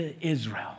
Israel